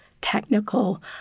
technical